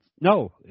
No